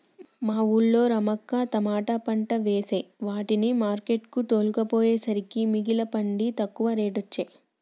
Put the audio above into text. మా వూళ్ళో రమక్క తమాట పంట వేసే వాటిని మార్కెట్ కు తోల్కపోయేసరికే మిగుల పండి తక్కువ రేటొచ్చె